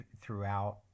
throughout